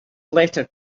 letter